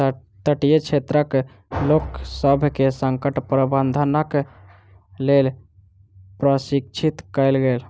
तटीय क्षेत्रक लोकसभ के संकट प्रबंधनक लेल प्रशिक्षित कयल गेल